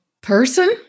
person